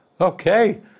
Okay